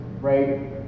right